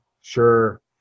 sure